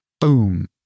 Boom